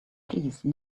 please